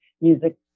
music